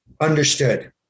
understood